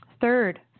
Third